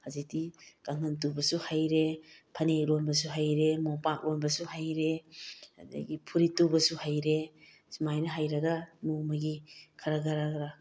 ꯍꯧꯖꯤꯛꯇꯤ ꯀꯥꯡꯈꯟ ꯇꯨꯕꯁꯨ ꯍꯩꯔꯦ ꯐꯅꯦꯛ ꯂꯣꯟꯕꯁꯨ ꯍꯩꯔꯦ ꯃꯣꯝꯄꯥꯛ ꯂꯣꯟꯕꯁꯨ ꯍꯩꯔꯦ ꯑꯗꯒꯤ ꯐꯨꯔꯤꯠ ꯇꯨꯕꯁꯨ ꯍꯩꯔꯦ ꯁꯨꯃꯥꯏꯅ ꯍꯩꯔꯒ ꯅꯣꯡꯃꯒꯤ ꯈꯔ ꯈꯔ ꯈꯔ